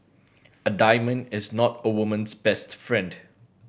a diamond is not a woman's best friend